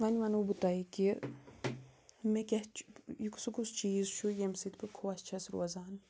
وۄنۍ وَنو بہٕ تۄہہِ کہِ مےٚ کیٛاہ چھُ سُہ یہِ کُس چیٖز چھُ ییٚمہِ سۭتۍ بہٕ خۄش چھَس روزان